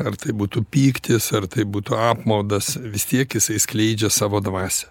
ar tai būtų pyktis ar tai būtų apmaudas vis tiek jisai skleidžia savo dvasią